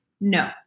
No